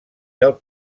del